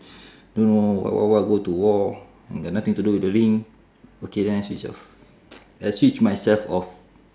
don't know what what what go to war got nothing to do with the ring okay then I switch off I switch myself off